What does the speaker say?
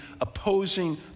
opposing